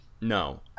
No